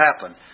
happen